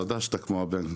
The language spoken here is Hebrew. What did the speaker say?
אתה יודע שאתה כמו בן.